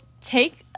take